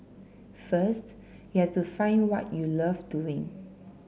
first you have to find what you love doing